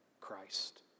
Christ